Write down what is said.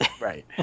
Right